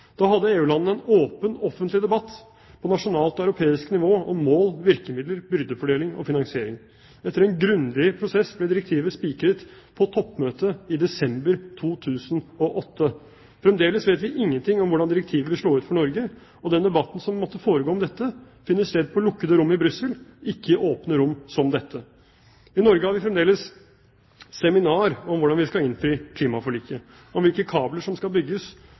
Da hadde EU-landene en åpen, offentlig debatt på nasjonalt europeisk nivå om mål, virkemidler, byrdefordeling og finansiering. Etter en grundig prosess ble direktivet spikret på toppmøtet i desember 2008. Fremdeles vet vi ingenting om hvordan direktivet vil slå ut for Norge, og den debatten som måtte foregå om dette, finner sted i lukkede rom i Brussel, ikke i åpne rom som dette. I Norge har vi fremdeles seminar om hvordan vi skal innfri klimaforliket, om hvilke kabler som skal bygges,